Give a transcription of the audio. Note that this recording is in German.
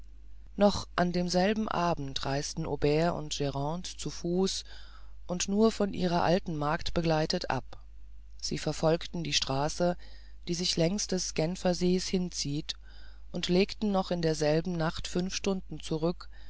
noch an demselben abend reisten aubert und grande zu fuß und nur von ihrer alten magd begleitet ab sie verfolgten die straße die sich längs des genfer sees hinzieht und legten noch in derselben nacht fünf stunden zurück